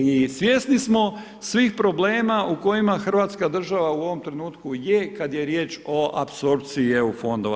I svjesni smo svih problema u kojima hrvatska država u ovom trenutku je kad je riječ o apsorpciji EU fondova.